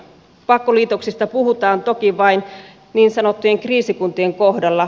pakkoliitoksista puhutaan toki vain niin sanottujen kriisikuntien kohdalla